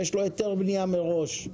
יש לו היתר בנייה מראש.